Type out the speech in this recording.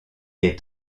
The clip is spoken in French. est